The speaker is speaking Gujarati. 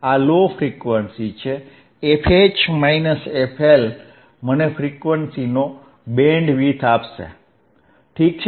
આ લો ફ્રીક્વન્સી fH fL મને ફ્રીક્વન્સીનો બેન્ડવિડ્થ આપશે ઠીક છે